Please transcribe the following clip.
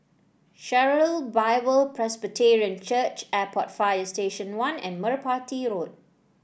Sharon Bible Presbyterian Church Airport Fire Station One and Merpati Road